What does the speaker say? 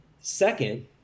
second